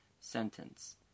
sentence